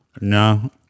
No